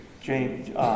James